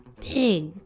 big